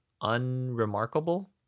unremarkable